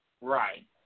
Right